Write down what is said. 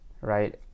right